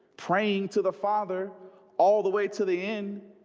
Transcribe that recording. praying to the father all the way to the end